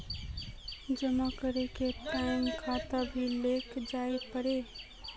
जमा करे के टाइम खाता भी लेके जाइल पड़ते?